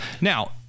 Now